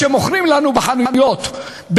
קונים את העגבניות במחיר הפסד לחקלאי,